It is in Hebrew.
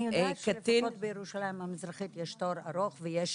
אני יודעת שלפחות בירושלים המזרחית יש תור ארוך ויש